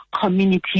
community